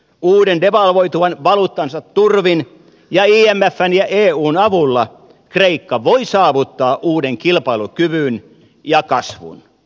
uuden devalvoituvan valuuttansa turvin ja imfn ja eun avulla kreikka voi saavuttaa uuden kilpailukyvyn ja kasvun